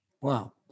Wow